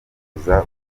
bifuza